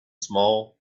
small